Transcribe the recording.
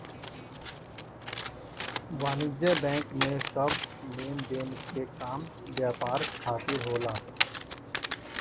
वाणिज्यिक बैंक में सब लेनदेन के काम व्यापार खातिर होला